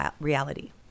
reality